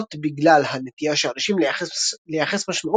זאת בגלל הנטייה של אנשים לייחס משמעות,